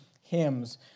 hymns